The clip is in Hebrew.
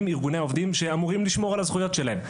ארגוני העובדים שאמורים לשמור על הזכויות שלהם.